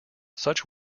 such